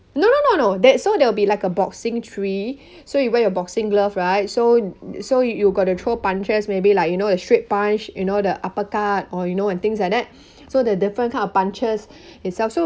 no no no that so there will be like a boxing tree so you wear your boxing glove right so so you you gotta throw punches maybe like you know the straight punch you know the uppercut or you know and things like that so the different kind of punches itself so